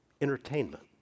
entertainment